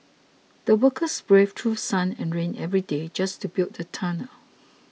the workers braved through sun and rain every day just to build the tunnel